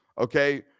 okay